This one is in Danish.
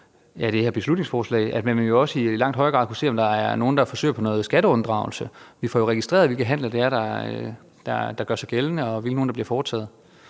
ved det her beslutningsforslag, at man jo også i langt højere grad vil kunne se, om der er nogle, der forsøger noget skatteunddragelse. Vi får jo registreret, hvilke handler det er, der gør sig gældende, hvilke handler der bliver foretaget.